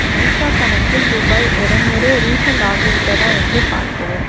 நைகா கணக்கில் ரூபாய் இருநூறு ரீஃபண்ட் ஆகிவிட்டதா என்று பார்க்கவும்